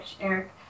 eric